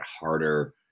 harder